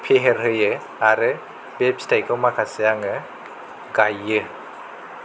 फेहेरहोयो आरो बे फिथाइखौ माखासे आङो गायो